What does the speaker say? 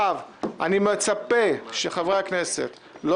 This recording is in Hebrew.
אני מצפה שחברי הכנסת לא